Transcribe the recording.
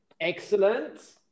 Excellent